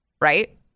right